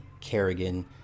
Kerrigan